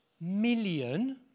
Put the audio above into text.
Million